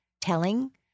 telling